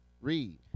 Read